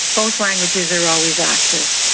both languages are always active.